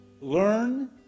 learn